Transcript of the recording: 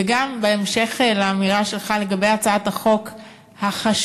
וגם בהמשך לאמירה שלך לגבי הצעת החוק החשובה,